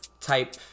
type